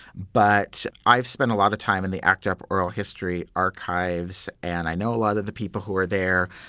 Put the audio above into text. but i've spent a lot of time in the act up oral history archives and i know a lot of the people who are there.